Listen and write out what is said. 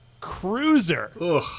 cruiser